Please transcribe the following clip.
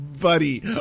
buddy